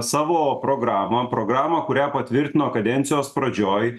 savo programą programą kurią patvirtino kadencijos pradžioj